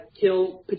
kill